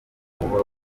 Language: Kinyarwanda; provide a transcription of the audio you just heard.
buhoro